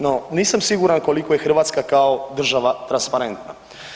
No, nisam siguran koliko je Hrvatska kao država transparentna.